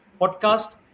podcast